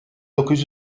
dokuz